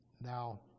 Now